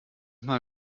mal